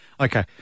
Okay